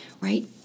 right